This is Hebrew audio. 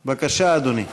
בבקשה, אדוני.